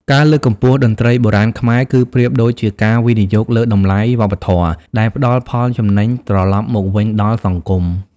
ការលើកកម្ពស់តន្ត្រីបុរាណខ្មែរ គឺប្រៀបដូចជាការវិនិយោគលើតម្លៃវប្បធម៌ដែលផ្ដល់ផលចំណេញត្រឡប់មកវិញដល់សង្គម។